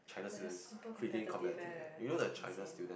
but they are super competitive eh it's insane